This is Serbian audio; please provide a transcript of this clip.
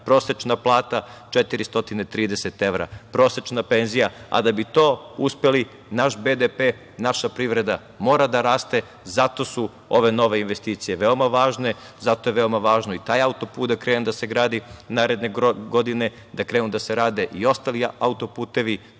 prosečna plata, 430 prosečna penzija, a da bi to uspeli, naš BDP, naša privreda mora da raste. Zato su ove nove investicije veoma važne, zato je veoma važan i taj auto-put da krene da se gradi naredne godine, da krenu da se rade i ostali auto-putevi,